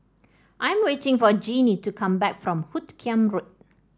I am waiting for Jeannie to come back from Hoot Kiam Road